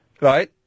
Right